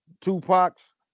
Tupac's